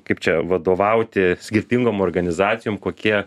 kaip čia vadovauti skirtingom organizacijom kokie